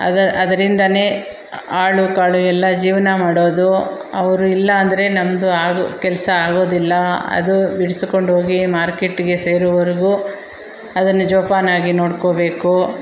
ಅದರ ಅದರಿಂದನೇ ಆಳು ಕಾಳು ಎಲ್ಲ ಜೀವನ ಮಾಡೋದು ಅವರು ಇಲ್ಲ ಅಂದರೆ ನಮ್ಮದು ಆಗೋ ಕೆಲಸ ಆಗೋದಿಲ್ಲ ಅದು ಬಿಡ್ಸ್ಕೊಂಡೋಗಿ ಮಾರ್ಕೆಟ್ಟಿಗೆ ಸೇರುವರೆಗೂ ಅದನ್ನು ಜೋಪಾನಾಗಿ ನೋಡ್ಕೋಬೇಕು